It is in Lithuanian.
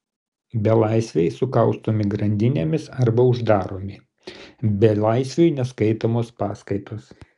belaisviai sukaustomi grandinėmis arba uždaromi belaisviui neskaitomos paskaitos